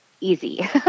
easy